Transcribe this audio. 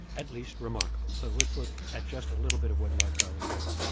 at least, remarkable so let's look at just a little bit of what mark galli wrote.